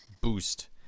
boost